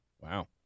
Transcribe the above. Wow